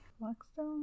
Blackstone